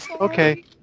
Okay